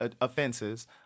offenses